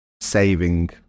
saving